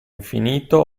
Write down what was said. infinito